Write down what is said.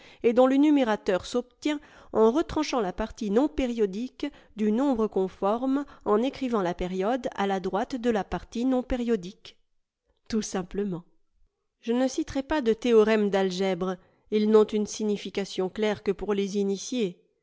et dont le numérateur s'obtient en retranchant la partie non périodique du nombre qu'on forme en écrivant la période à la droite de la partie non périodique tout simplement je ne citerai pas de théorèmes d'algèbre ils n'ont une signification claire que pour les initiés